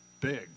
big